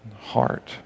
heart